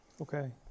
Okay